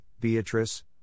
Beatrice